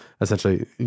Essentially